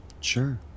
Sure